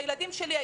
הילדים שלי,